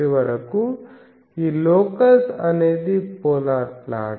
చివరకు ఈ లోకస్ అనేది పోలార్ ప్లాట్